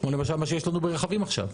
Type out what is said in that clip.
כמו למשל מה שיש לנו ברכבים עכשיו.